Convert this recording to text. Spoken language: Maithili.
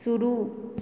शुरू